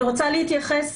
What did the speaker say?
אני רוצה להתייחס